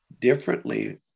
differently